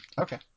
Okay